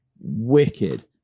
Wicked